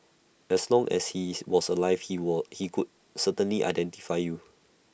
as long as he's was alive he would could certainly identify you